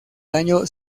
daño